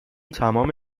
تمام